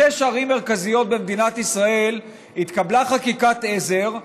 בשש ערים מרכזיות במדינת ישראל התקבלה חקיקת עזר,